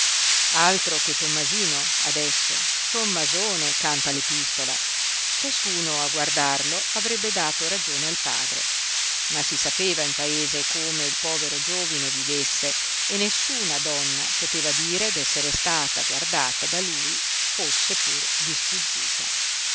altro che tommasino adesso tommasone canta l'epistola ciascuno a guardarlo avrebbe dato ragione al padre ma si sapeva in paese come il povero giovine vivesse e nessuna donna poteva dire d'essere stata guardata da lui fosse pur di sfuggita